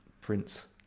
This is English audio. Prince